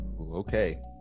Okay